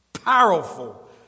powerful